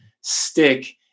stick